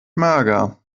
mager